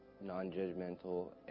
non-judgmental